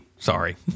Sorry